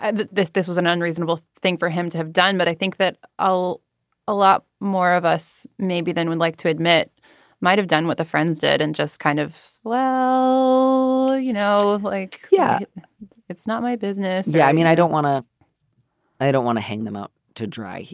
that this this was an unreasonable thing for him to have done but i think that all a lot more of us maybe then we'd like to admit might have done what the friends did and just kind of. well you know like yeah it's not my business. yeah i mean i don't want to i don't want to hang them out to dry.